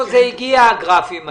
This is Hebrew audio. הגיעו הגרפים האלה?